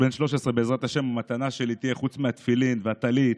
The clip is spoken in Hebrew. המתנה שלי, חוץ מהתפילין והטלית